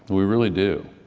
we really do.